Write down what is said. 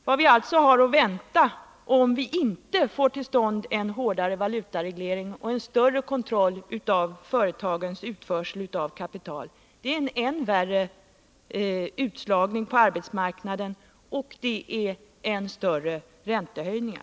Vad vi alltså har att vänta, om vi inte får till stånd en hårdare valutareglering och en större kontroll av företagens utförsel av kapital, är en än värre utslagning på arbetsmarknaden och än större räntehöjningar.